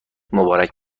مبارک